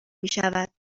میشود